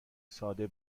ساده